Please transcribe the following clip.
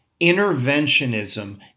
Interventionism